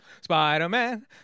spider-man